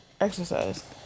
exercise